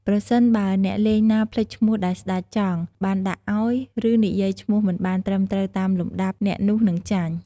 ប្រសិនបើអ្នកលេងណា ភ្លេចឈ្មោះដែលស្តេចចង់ បានដាក់អោយ ឬនិយាយឈ្មោះមិនបានត្រឹមត្រូវតាមលំដាប់ អ្នកនោះនឹងចាញ់។